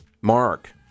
Mark